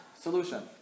solution